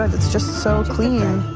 and it's just so clean.